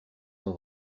sont